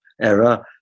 Error